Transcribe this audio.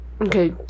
Okay